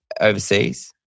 overseas